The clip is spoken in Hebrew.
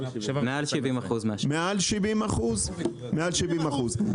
מעל 70% מהשוק.